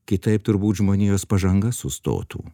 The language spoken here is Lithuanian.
kitaip turbūt žmonijos pažanga sustotų